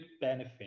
benefit